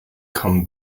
come